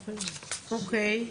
אוקיי.